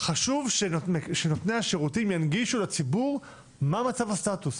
חשוב שנותני השירותים ינגישו לציבור מה מצב הסטטוס,